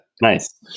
Nice